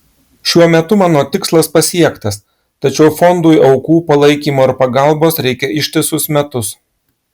šiuo metu mano tikslas pasiektas tačiau fondui aukų palaikymo ir pagalbos reikia ištisus metus